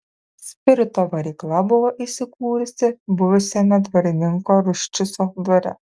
spirito varykla buvo įsikūrusi buvusiame dvarininko ruščico dvare